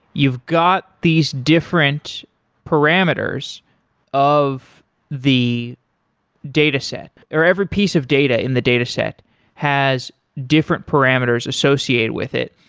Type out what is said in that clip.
you've got these different parameters of the data set, or every piece of data in the data set has different parameters associated with it.